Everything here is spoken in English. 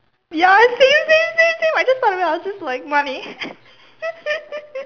ya same same same same I just thought of it I was just like money